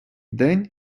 день